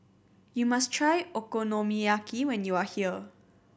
you must try Okonomiyaki when you are here